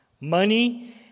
Money